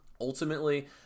Ultimately